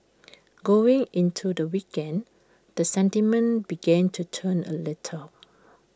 going into the weekend the sentiment began to turn A little